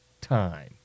time